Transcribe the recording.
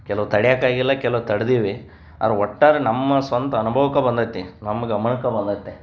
ಕೆಲವು ತಡ್ಯೋಕ್ಕಾಗಿಲ್ಲ ಕೆಲವು ತಡ್ದೀವಿ ಆದ್ರೆ ಒಟ್ಟಾರೆ ನಮ್ಮ ಸ್ವಂತ ಅನುಭವಕ್ಕೆ ಬಂದೈತಿ ನಮ್ಮ ಗಮನಕ್ಕೆ ಬಂದೈತೆ